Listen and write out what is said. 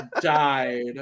died